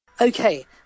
Okay